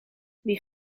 wie